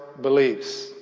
beliefs